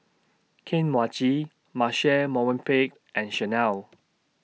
Kane Mochi Marche Movenpick and Chanel